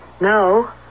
No